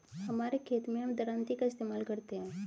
हमारे खेत मैं हम दरांती का इस्तेमाल करते हैं